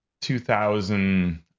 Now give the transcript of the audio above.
2000